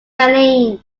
eileen